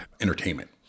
entertainment